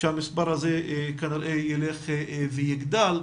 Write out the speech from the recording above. שהמספר הזה כנראה ילך ויגדל.